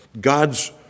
God's